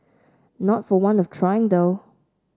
not for want of trying though